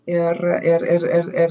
ir ir ir ir ir